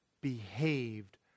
behaved